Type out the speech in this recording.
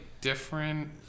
different